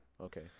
Okay